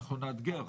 אנחנו נאתגר.